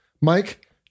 Mike